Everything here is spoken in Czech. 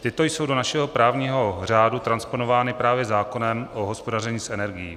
Tyto jsou do našeho právního řádu transponovány právě zákonem o hospodaření s energií.